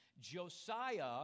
Josiah